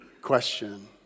question